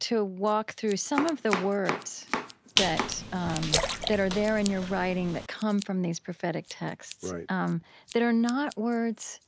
to walk through some of the words that um that are there in your writing that come from these prophetic texts um that are not words